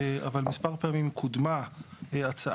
אבל מספר פעמים קודמה הצעה,